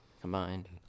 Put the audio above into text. combined